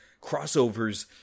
crossovers